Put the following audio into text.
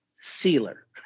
sealer